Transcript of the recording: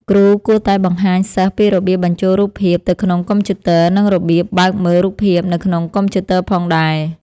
គ្រូគួរតែបង្ហាញសិស្សពីរបៀបបញ្ចូលរូបភាពទៅក្នុងកុំព្យូទ័រ និងរបៀបបើកមើលរូបភាពនៅក្នុងកុំព្យូទ័រផងដែរ។